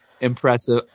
Impressive